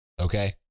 Okay